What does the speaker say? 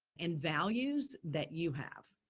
and values that you have,